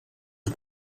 els